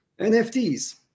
nfts